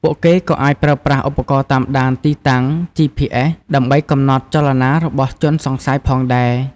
ពួកគេក៏អាចប្រើប្រាស់ឧបករណ៍តាមដានទីតាំង ជីភីអេស ដើម្បីកំណត់ចលនារបស់ជនសង្ស័យផងដែរ។